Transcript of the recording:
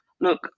Look